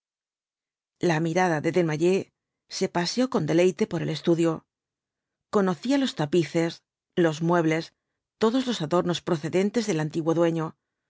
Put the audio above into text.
la mirada de desnoyers se paseó con deleite por el estudio conocía los tapices los muebles todos los adornos procedentes del antiguo dueño